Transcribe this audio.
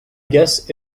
guess